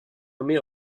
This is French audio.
nommée